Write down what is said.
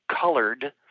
colored